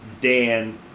Dan